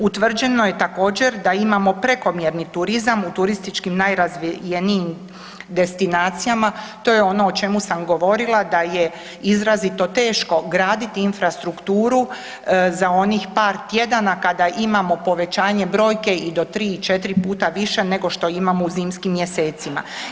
Utvrđeno je također da imamo prekomjerni turizam u turistički najrazvijenijim destinacijama, to je ono o čemu sam govorila da je izrazito teško graditi infrastrukturu za onih par tjedana kada imamo povećanje brojke i do tri, četiri puta više nego što imamo u zimskim mjesecima.